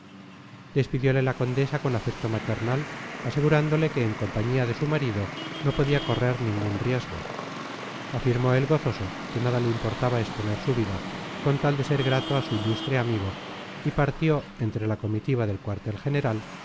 obedecer despidiole la condesa con afecto maternal asegurándole que en compañía de su marido no podía correr ningún riesgo afirmó él gozoso que nada le importaba exponer su vida con tal de ser grato a su ilustre amigo y partió entre la comitiva del cuartel general